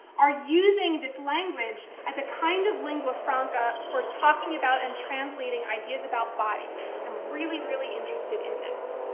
are using this language as a kind of lingua franca for talking about and translating ideas about bodies, and i'm really, really interested in this,